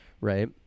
Right